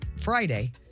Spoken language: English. Friday